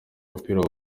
umupira